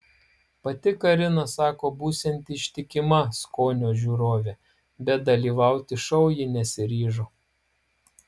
pati karina sako būsianti ištikima skonio žiūrovė bet dalyvauti šou ji nesiryžo